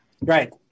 Right